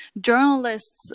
journalists